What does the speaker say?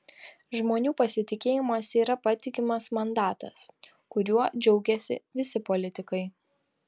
žmonių pasitikėjimas yra patikimas mandatas kuriuo džiaugiasi visi politikai